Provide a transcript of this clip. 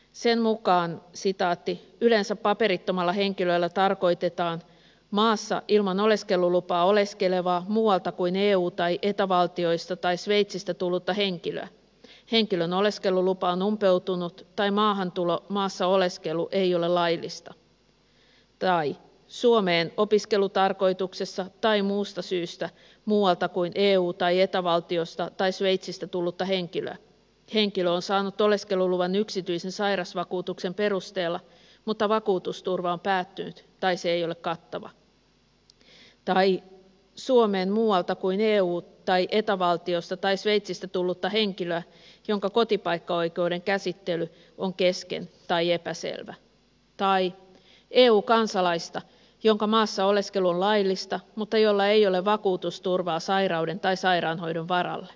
sen mukaan yleensä paperittomalla henkilöllä tarkoitetaan maassa ilman oleskelulupaa oleskelevaa muualta kuin eu tai eta valtiosta tai sveitsistä tullutta henkilöä jonka oleskelulupa on umpeutunut tai maahantulo tai maassa oleskelu ei ole laillista suomeen opiskelutarkoituksessa tai muusta syystä muualta kuin eu tai eta valtiosta tai sveitsistä tullutta henkilöä joka on saanut oleskeluluvan yksityisen sairasvakuutuksen perusteella mutta vakuutusturva on päättynyt tai se ei ole kattava tai suomeen muualta kuin eu tai eta valtiosta tai sveitsistä tullutta henkilöä jonka kotipaikkaoikeuden käsittely on kesken tai epäselvä tai eu kansalaista jonka maassa oleskelu on laillista mutta jolla ei ole vakuutusturvaa sairauden tai sairaanhoidon varalle